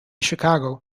chicago